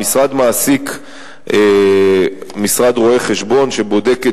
המשרד מעסיק משרד רואי-חשבון שבודק את